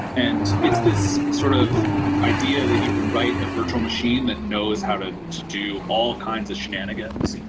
and it's this sort of idea that you can write a virtual machine that knows how to to do all kinds of shenanigans.